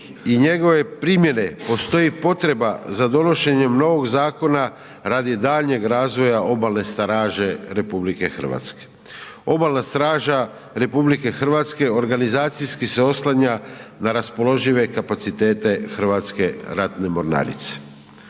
i njegove primjene postoji potreba za donošenjem novog zakona radi daljnjeg razvoja Obalne straže RH. Obalna straža RH organizacijski se oslanja na raspoložive kapacitete Hrvatske ratne mornarice.